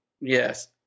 Yes